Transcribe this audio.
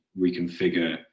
reconfigure